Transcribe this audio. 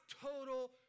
total